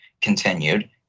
continued